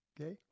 Okay